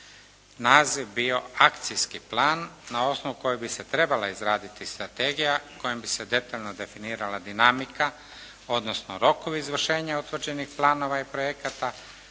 naziv bio akcijski plan na osnovu kojeg bi se trebala izraditi strategija kojom bi se detaljno definirala dinamika odnosno rokovi izvršenja utvrđenih planova i projekata,